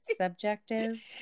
subjective